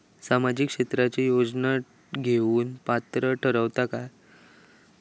सामाजिक क्षेत्राच्या योजना घेवुक पात्र ठरतव काय?